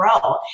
grow